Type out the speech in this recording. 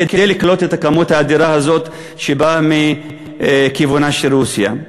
כדי לקלוט את הכמות האדירה הזאת שבאה מכיוונה של רוסיה.